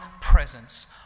presence